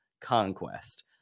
conquest